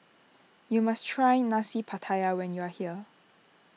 you must try Nasi Pattaya when you are here